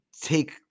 take